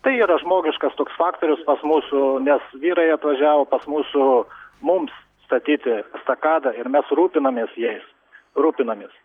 tai yra žmogiškas toks faktorius pas mus nes vyrai atvažiavo pas mūsų mums statyti estakadą ir mes rūpinamės jais rūpinamės